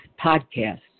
podcasts